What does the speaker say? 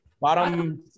Bottom